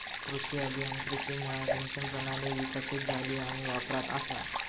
कृषी अभियांत्रिकीमुळा सिंचन प्रणाली विकसीत झाली आणि वापरात असा